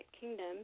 Kingdom